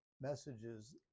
messages